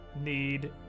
need